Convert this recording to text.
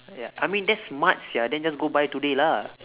ya I mean that's smart sia then just go buy today lah